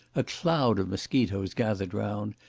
a cloud of mosquitoes gathered round,